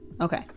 Okay